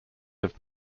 have